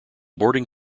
boarding